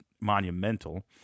monumental